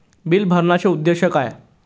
Bill भरण्याचे उद्देश काय?